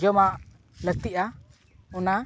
ᱡᱚᱢᱟᱜ ᱞᱟᱹᱠᱛᱤᱜᱼᱟ ᱚᱱᱟ